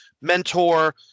mentor